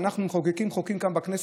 כשאנחנו מחוקקים חוקים כאן בכנסת,